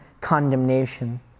condemnation